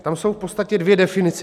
Tam jsou v podstatě dvě definice.